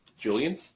Julian